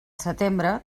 setembre